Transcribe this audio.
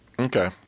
Okay